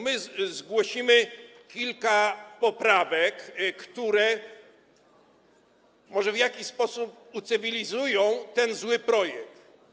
My zgłosimy kilka poprawek, które może w jakiś sposób ucywilizują ten zły projekt.